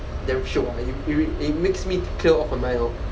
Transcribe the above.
damn shiok lah it it makes me clear off my mind lor